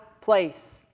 place